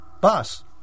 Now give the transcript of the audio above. Boss